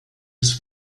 des